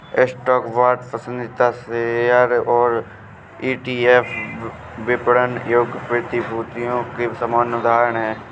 stock, bond, पसंदीदा share और ETF विपणन योग्य प्रतिभूतियों के सामान्य उदाहरण हैं